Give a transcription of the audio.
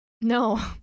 No